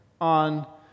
on